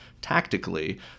tactically